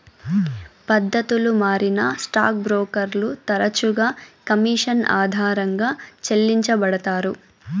పద్దతులు మారినా స్టాక్ బ్రోకర్లు తరచుగా కమిషన్ ఆధారంగా చెల్లించబడతారు